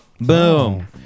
Boom